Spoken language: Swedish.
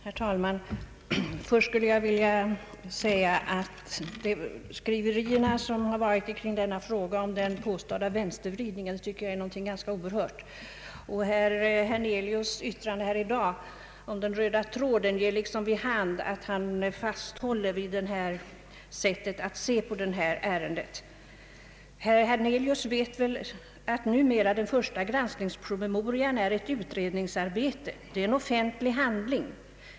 Herr talman! Först skulle jag vilja säga att jag tycker att skriverierna i denna fråga om den påstådda vänstervridningen är någonting oerhört. Herr Hernelius” yttrande här i dag om den röda tråden ger liksom vid handen att han håller fast vid det här sättet att se på detta ärende. Herr Hernelius vet väl att den första granskningspromemorian numera är ett utredningsarbete. Den är en offentlig handling.